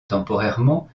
temporairement